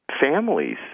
families